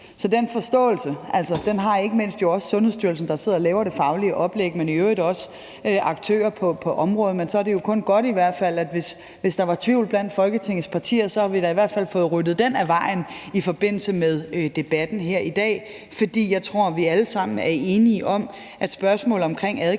Så den forståelse har ikke mindst Sundhedsstyrelsen, der sidder og laver det faglige oplæg, og den har aktører på området i øvrigt også. Så er det jo kun godt, at vi, hvis der var tvivl blandt Folketingets partier, da i hvert fald har fået ryddet den af vejen i forbindelse med debatten her i dag. For jeg tror, vi alle sammen er enige om, at spørgsmål omkring adgang til